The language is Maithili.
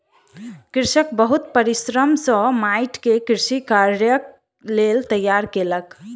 कृषक बहुत परिश्रम सॅ माइट के कृषि कार्यक लेल तैयार केलक